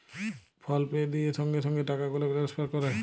ফল pay দিঁয়ে সঙ্গে সঙ্গে টাকা গুলা টেলেসফার ক্যরে